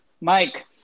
Mike